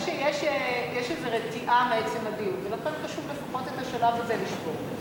יש איזו רתיעה מעצם הדיון ולכן חשוב לפחות את השלב הזה לשבור.